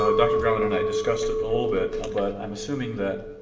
ah dr. drummond and i discussed it a little bit, ah but i'm assuming that